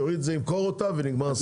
ימכור אותה ונגמר הסיפור.